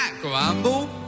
grumble